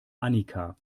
annika